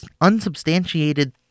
unsubstantiated